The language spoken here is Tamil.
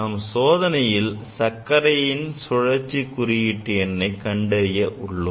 நம் சோதனையில் சர்க்கரையின் சுழற்சி குறியீட்டு எண்ணை கண்டறிய உள்ளோம்